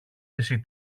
εσύ